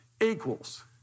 equals